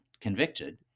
convicted